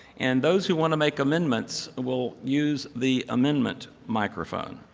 and those who want to make amendments will use the amendment microphone.